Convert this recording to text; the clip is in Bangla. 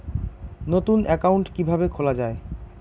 নতুন একাউন্ট কিভাবে খোলা য়ায়?